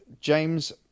James